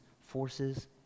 forces